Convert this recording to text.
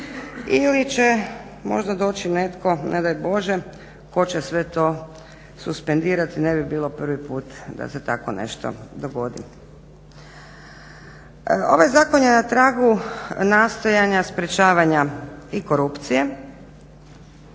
ili će možda doći netko, ne daj Bože ko će sve to suspendirati, ne bi bilo prvi put da se takvo nešto dogodi. Ovaj zakon je na tragu nastojanja sprječavanja i korupcije,